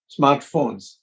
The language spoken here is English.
smartphones